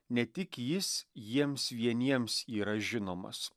ne tik jis jiems vieniems yra žinomas